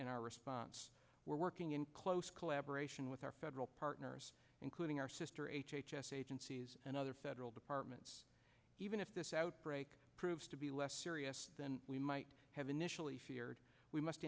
and our response we're working in close collaboration with our federal partners including our sister h h s agencies and other federal departments even if this outbreak proves to be less serious than we might have initially feared we must